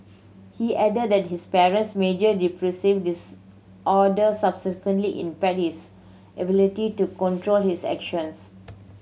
he added that his parents major depressive disorder subsequently impaired his ability to control his actions